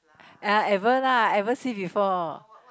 uh ever lah ever see before